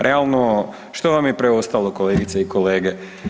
Realno što vam je preostalo kolegice i kolege?